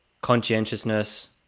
conscientiousness